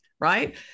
Right